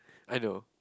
I know